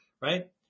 right